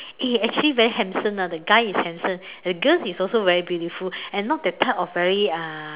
eh actually very handsome ah the guys is handsome the girls is also very beautiful and not that type of very uh